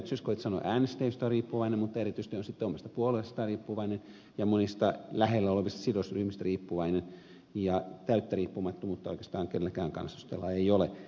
zyskowicz sanoi äänestäjistä mutta erityisesti on sitten omasta puolueestaan riippuvainen ja monista lähellä olevista sidosryhmistä riippuvainen ja täyttä riippumattomuutta oikeastaan kenelläkään kansanedustajalla ei ole